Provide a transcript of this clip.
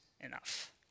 enough